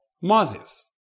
Moses